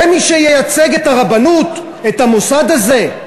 זה מי שייצג את הרבנות, את המוסד הזה?